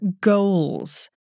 goals